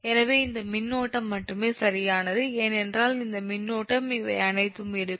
எனவே இந்த மின்னோட்டம் மட்டுமே சரியானது ஏனென்றால் இந்த மின்னோட்டம் இவை அனைத்தும் இருக்கும்